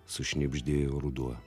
sušnibždėjo ruduo